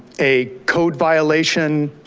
a code violation